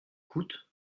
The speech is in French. coûte